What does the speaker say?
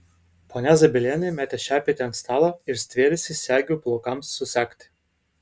ponia zabielienė metė šepetį ant stalo ir stvėrėsi segių plaukams susegti